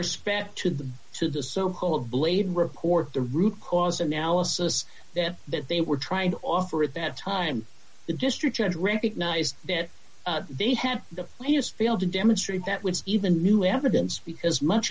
respect to the to the so called blade report the root cause analysis that that they were trying to offer at that time the district judge recognized that they have the has failed to demonstrate that was even new evidence because much